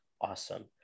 awesome